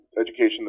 education